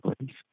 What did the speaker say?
please